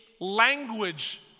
language